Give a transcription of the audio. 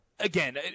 Again